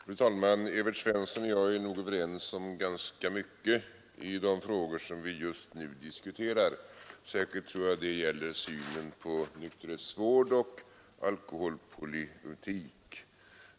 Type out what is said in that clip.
Fru talman! Evert Svensson och jag är nog överens om ganska mycket i de frågor vi just nu diskuterar. Särskilt tror jag det gäller synen på nykterhetsvård och alkoholpolitik.